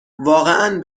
واقعا